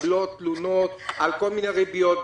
מתקבלות תלונות על כל מיני ריביות.